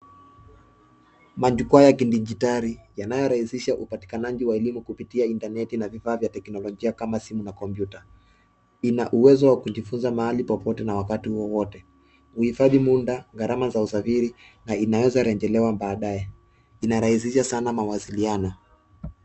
Majukwaa ya kidijitali yanayorahisisha upatikanaji wa elimu kupitia intaneti na vifaa vya teknolojia kama simu na kompyuta. Ina uwezo wa kujifunza mahali popote na wakati wowote. Huhifadhi muda, gharama za usafiri na inaweza rejelewa baadaye. Inarahisisha sana mawasiliano.